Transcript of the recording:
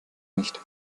nicht